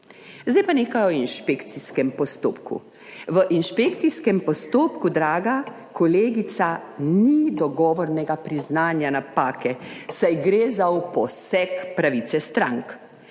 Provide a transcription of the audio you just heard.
Zdaj pa nekaj o inšpekcijskem postopku. V inšpekcijskem postopku, draga kolegica, ni dogovornega priznanja napake, saj gre za poseg v pravice strank.